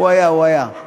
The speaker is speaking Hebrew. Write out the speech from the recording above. הוא היה, הוא היה.